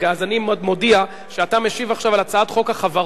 אז אני מודיע שאתה משיב עכשיו על הצעת חוק החברות.